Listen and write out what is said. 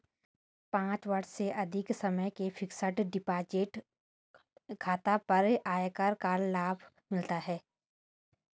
पाँच वर्ष से अधिक समय के फ़िक्स्ड डिपॉज़िट खाता पर आयकर का लाभ मिलता है